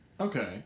Okay